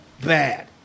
bad